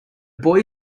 boy